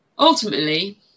Ultimately